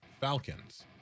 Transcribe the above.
Falcons